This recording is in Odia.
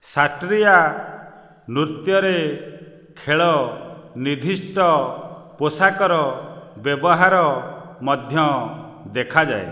ସତ୍ତ୍ରିଆ ନୃତ୍ୟରେ ଖେଳ ନିର୍ଦ୍ଦିଷ୍ଟ ପୋଷାକର ବ୍ୟବହାର ମଧ୍ୟ ଦେଖାଯାଏ